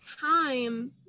time